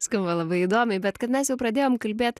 skamba labai įdomiai bet kad mes jau pradėjom kalbėt